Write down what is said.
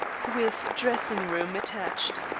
with dressing-room attached.